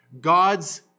God's